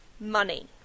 money